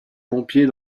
pompiers